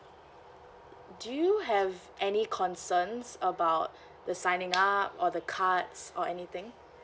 do you have any concerns about the signing up or the cards or anything